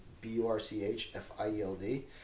B-U-R-C-H-F-I-E-L-D